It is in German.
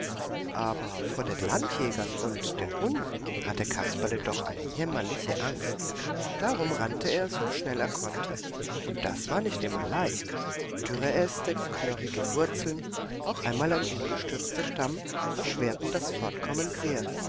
aber vor den landjägern und den hunden hatte kasperle doch eine jämmerliche angst darum rannte er so schnell er konnte und das war nicht immer leicht dürre äste knorrige wurzeln auch einmal ein umgestürzter stamm erschwerten das fortkommen sehr